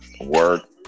Work